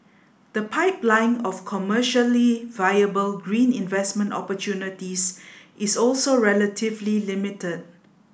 the pipeline of commercially viable green investment opportunities is also relatively limited